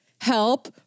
help